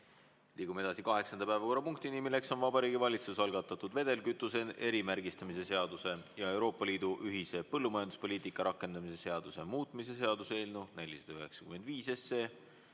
Liigume edasi kaheksanda päevakorrapunktini, milleks on Vabariigi Valitsuse algatatud vedelkütuse erimärgistamise seaduse ja Euroopa Liidu ühise põllumajanduspoliitika rakendamise seaduse muutmise seaduse eelnõu 495